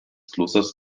klosters